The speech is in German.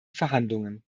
verhandlungen